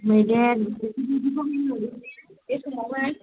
नैबे बे समावहाय